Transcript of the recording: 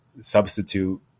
substitute